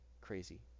crazy